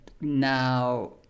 now